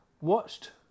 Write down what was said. watched